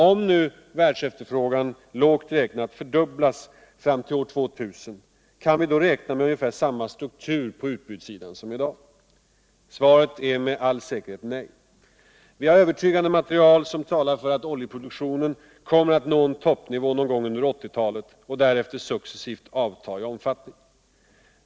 Om nu världsefterfrågan lågt räknat fördubblas fram till år 2000, kan vi då Energiforskning, räkna med ungefär samma struktur på utbudssidan som i dag”? Svaret är med all säkerhet nej. Vi har övertygande material som talar för att oljeproduktionen kommer att nå en toppnivå någon gång under 1980-talet och därefter successivt avta I omfattning.